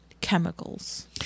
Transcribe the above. chemicals